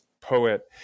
poet